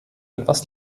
etwas